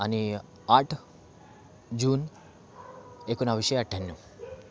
आणि आठ जून एकोणविसशे अठ्ठ्याण्णव